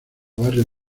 barrio